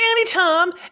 Anytime